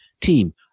team